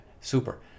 super